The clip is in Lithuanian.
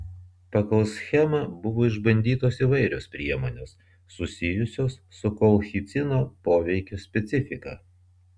pagal schemą buvo išbandytos įvairios priemonės susijusios su kolchicino poveikio specifika